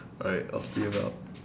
alright off to you now